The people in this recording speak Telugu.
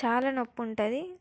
చాలా నొప్పి ఉంటుంది